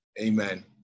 Amen